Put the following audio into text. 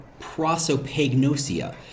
prosopagnosia